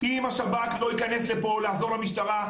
אם השב"כ לא ייכנס לפה לעזור למשטרה,